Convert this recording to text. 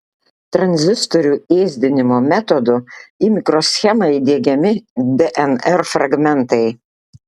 tranzistorių ėsdinimo metodu į mikroschemą įdiegiami dnr fragmentai